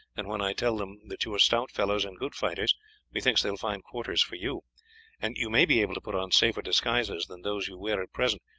and when i tell them that you are stout fellows and good fighters methinks they will find quarters for you and you may be able to put on safer disguises than those you wear at present,